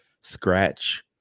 scratch